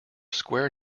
square